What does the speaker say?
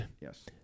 Yes